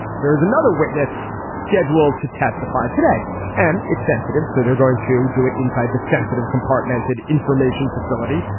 there is another witness scheduled to testify today and it's sensitive. so they're going to do it inside the sensitive compartmented information facility.